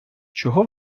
чого